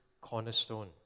cornerstone